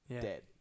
Dead